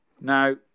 Now